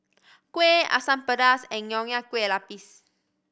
kuih Asam Pedas and Nonya Kueh Lapis